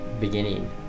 beginning